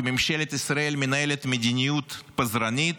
כי ממשלת ישראל מנהלת מדיניות פזרנית,